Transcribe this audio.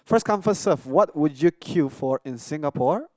first come first serve what would you queue for in Singapore